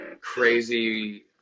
crazy